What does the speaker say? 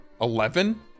Eleven